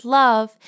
love